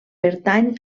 pertany